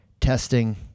testing